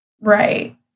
right